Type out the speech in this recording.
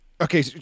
Okay